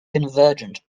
convergent